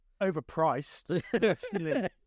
overpriced